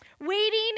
Waiting